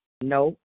No